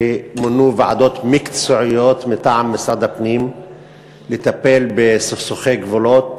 מונו ועדות מקצועיות מטעם משרד הפנים לטפל בסכסוכי גבולות